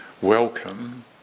welcome